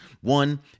one